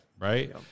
right